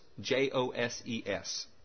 J-O-S-E-S